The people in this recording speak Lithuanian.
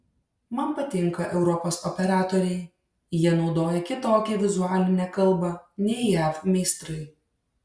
man patinka europos operatoriai jie naudoja kitokią vizualinę kalbą nei jav meistrai